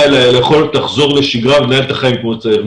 אלא ליכולת לחזור לשגרה ולנהל את החיים כמו שצריך.